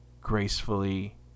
gracefully